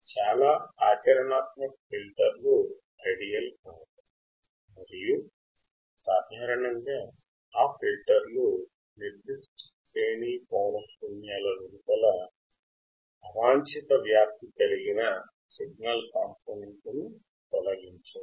చాలా ఆచరణాత్మక ఫిల్టర్లు అనువైనవి కావు మరియు సాధారణంగా అన్ని ఫిల్టర్లు నిర్దిష్ట శ్రేణి పౌనఃపున్యాల వెలుపల గల అవాంఛనీయ శబ్దాలను తొలగించవు